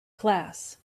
class